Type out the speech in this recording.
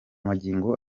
magingo